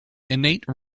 innate